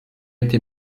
été